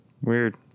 Weird